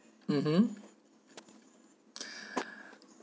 mmhmm